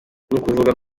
nukuvuga